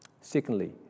Secondly